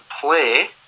play